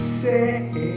say